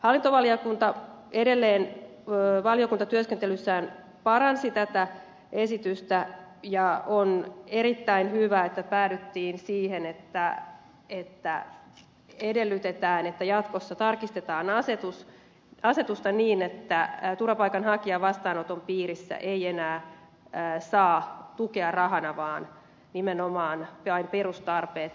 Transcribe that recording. hallintovaliokunta edelleen valiokuntatyöskentelyssään paransi tätä esitystä ja on erittäin hyvä että päädyttiin siihen että edellytetään että jatkossa tarkistetaan asetusta niin että turvapaikanhakija vastaanoton piirissä ei enää saa tukea rahana vaan nimenomaan vain perustarpeet tyydytetään